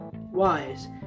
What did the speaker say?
wise